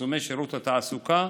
פרסומי שירות התעסוקה.